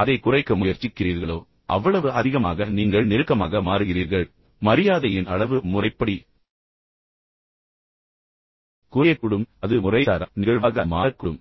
அதைக் குறைக்க முயற்சிக்கிறீர்களோ அவ்வளவு அதிகமாக நீங்கள் நெருக்கமாக மாறுகிறீர்கள் மரியாதையின் அளவு முறைப்படி குறையக்கூடும் அது முறைசாரா நிகழ்வாக மாறக்கூடும்